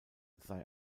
sei